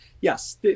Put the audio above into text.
Yes